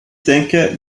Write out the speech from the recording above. denke